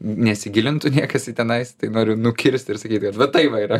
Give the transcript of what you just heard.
nesigilintų niekas į tenais tai noriu nukirst ir sakyti kad va tai va yra